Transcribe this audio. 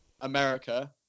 America